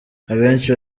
abenshi